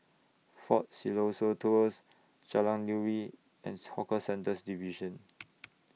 Fort Siloso Tours Jalan Nuri and Hawker Centres Division